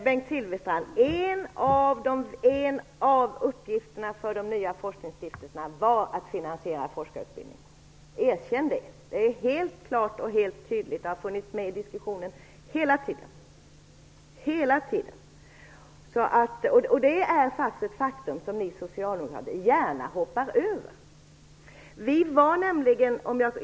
Herr talman! En av uppgifterna för de nya forskningsstiftelserna var, Bengt Silfverstrand, att finansiera forskarutbildning. Erkänn det! Det är helt klart och helt tydligt och har funnits med i diskussionen hela tiden. Det är ett faktum som ni socialdemokrater gärna hoppar över.